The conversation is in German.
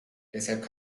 deshalb